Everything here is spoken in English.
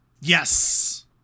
Yes